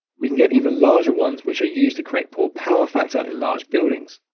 we can get even larger ones, which are used to correct poor power factor in large buildings.